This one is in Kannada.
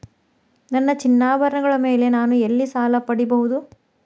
ನನ್ನ ಚಿನ್ನಾಭರಣಗಳ ಮೇಲೆ ನಾನು ಎಲ್ಲಿ ಸಾಲ ಪಡೆಯಬಹುದು?